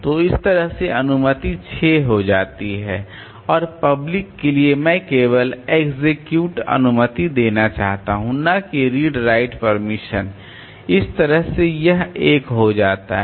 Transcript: तो इस तरह से अनुमति 6 हो जाती है और पब्लिक के लिए मैं केवल एक्सेक्यूट अनुमति देना चाहता हूं न कि रीड राइट परमिशन इस तरह से यह 1 हो जाता है